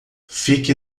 fique